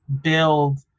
build